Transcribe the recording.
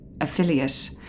affiliate